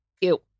Ew